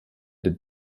der